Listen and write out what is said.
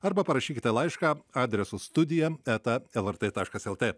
arba parašykite laišką adresu studija eta lrt taškas lt